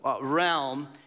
realm